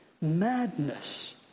madness